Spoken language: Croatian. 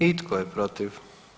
I tko je protiv?